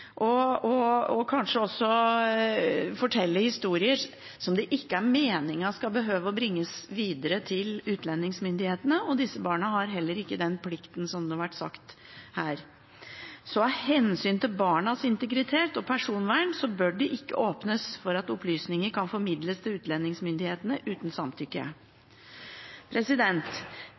fortelle tanker og kanskje også historier som det ikke er meningen at skal bringes videre til utlendingsmyndighetene. Disse barna har heller ikke den plikten, som det har vært sagt her. Av hensyn til barnas integritet og personvern bør det ikke åpnes for at opplysninger kan formidles til utlendingsmyndighetene uten samtykke.